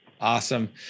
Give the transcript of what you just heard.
Awesome